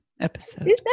episode